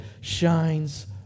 shines